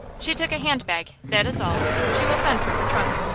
she took a handbag that is all. she will send for her trunk.